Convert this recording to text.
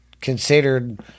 considered